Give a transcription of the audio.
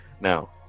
Now